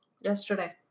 yesterday